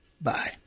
Bye